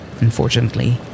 Unfortunately